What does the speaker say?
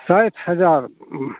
साठि हजार